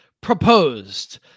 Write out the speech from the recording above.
Proposed